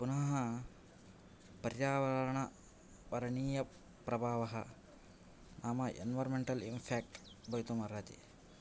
पुनः पर्यावरण वरणीयप्रभावः नाम इन्वार्मेण्टल् इम्पाक्ट् भवितुम् अर्हति